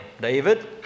David